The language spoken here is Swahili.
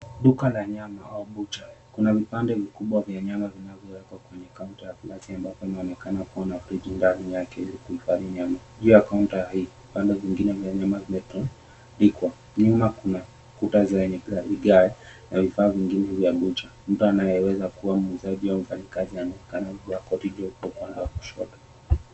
Duka la nyama au buchari. Kuna vipande vikubwa vya nyama vinavyowekwa kwenye kaunta ya gilasi ambapo inaonekana kuwa na page ndani yake ya kuhifadhi nyama. Juu ya kaunta hii, vipande vingine vya nyama vimetundikwa. Nyuma kuna kuta za vigaevigae na vifaa vingine vya bucha. Mtu anayeweza kuwa muuzaji au mfanyikazi anaonekana amevaa koti jeupe upande wa kushoto.